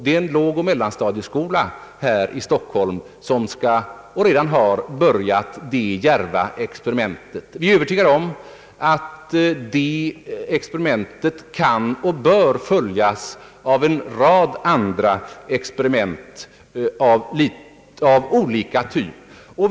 Det är en lågoch mellanstadieskola här i Stockholm, som redan har börjat detta djärva experiment. Vi är övertygade om att detta experiment kan och bör följas av en rad andra experiment av liknande typ.